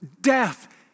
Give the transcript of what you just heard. death